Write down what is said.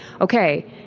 okay